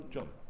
John